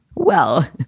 well,